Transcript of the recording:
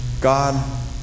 God